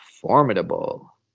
Formidable